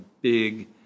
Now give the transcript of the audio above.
big